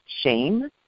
shame